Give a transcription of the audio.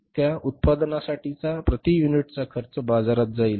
त्या उत्पादनासाठीचा प्रति युनिटचा खर्च बाजारात जाईल